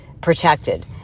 protected